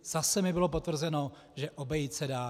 Zase mi bylo potvrzeno, že obejít se dá.